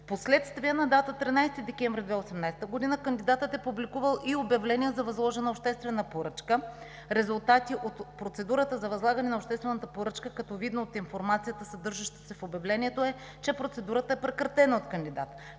Впоследствие на датата 13 декември 2018 г. кандидатът е публикувал и обявление за възложена обществена поръчка, резултати от процедурата за възлагане на обществената поръчка, като видно от информацията, съдържаща се в обявлението, е, че процедурата е прекратена от кандидата.